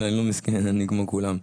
אני לא מסכן, אני כמו כולם.